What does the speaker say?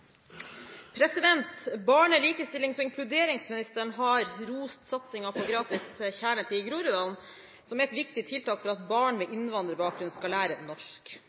likestillings- og inkluderingsministeren har rost satsinga på gratis kjernetid i Groruddalen, som er et viktig tiltak for at barn med innvandrerbakgrunn skal lære norsk.